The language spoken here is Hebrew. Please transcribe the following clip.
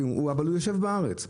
אבל הוא יושב בארץ.